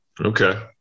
Okay